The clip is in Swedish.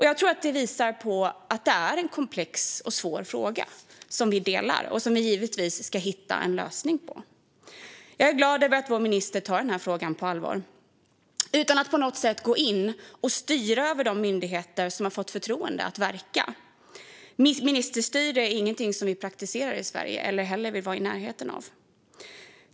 Jag tror att det visar på att det är en komplex och svår fråga, som vi delar, och som vi givetvis ska hitta en lösning på. Jag är glad över att vår minister tar frågan på allvar, utan att på något sätt gå in och styra över de myndigheter som har fått förtroende att verka. Ministerstyre är ingenting som vi praktiserar i Sverige eller vill vara i närheten av.